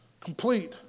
complete